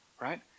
right